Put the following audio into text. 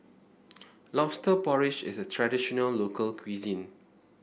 lobster porridge is a traditional local cuisine